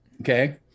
Okay